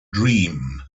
dream